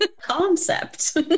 concept